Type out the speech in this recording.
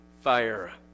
fire